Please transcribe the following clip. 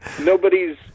nobody's